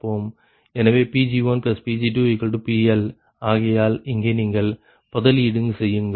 எனவே Pg1Pg2PL ஆகையால் இங்கே நீங்கள் பதிலீடு செய்யுங்கள்